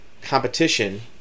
competition